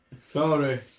Sorry